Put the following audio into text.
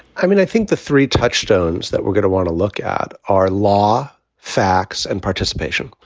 i mean, i think the three touchstones that we're going to want to look at are law, facts and participation.